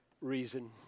reason